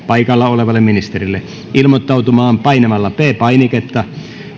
paikalla olevalle ministerille ilmoittautumaan painamalla p painiketta